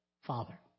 Father